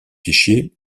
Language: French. fichiers